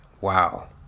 Wow